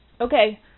Okay